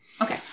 Okay